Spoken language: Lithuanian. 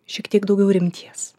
šiek tiek daugiau rimties